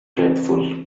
dreadful